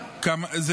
רגע, יש נימוקים לזה?